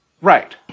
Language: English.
Right